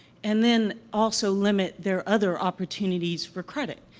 and then also limit their other opportunities for credit.